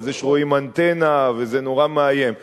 ועל זה שרואים אנטנה וזה נורא מאיים.